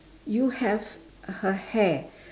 you have her hair